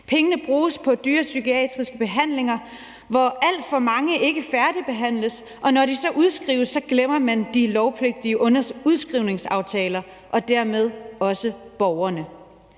Pengene bruges på dyre psykiatriske behandlinger, hvor alt for mange ikke færdigbehandles, og når de så udskrives, glemmer man de lovpligtige udskrivningsaftaler og dermed også borgerne.